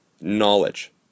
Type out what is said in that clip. knowledge